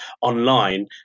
online